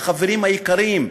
החברים היקרים,